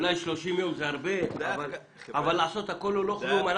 אולי 30 ימים זה זמן רב אבל לעשות הכול או לא כלום,